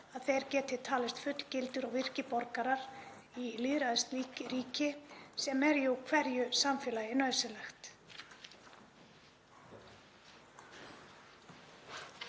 að fólk geti talist fullgildir og virkir borgarar í lýðræðisríki sem er jú hverju samfélagi nauðsynlegt.